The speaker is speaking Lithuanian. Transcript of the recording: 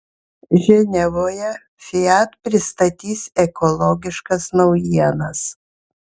ženevoje fiat pristatys ekologiškas naujienas